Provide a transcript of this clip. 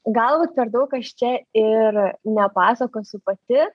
gal per daug aš čia ir nepasakosiu pati